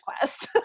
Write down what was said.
Quest